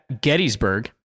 Gettysburg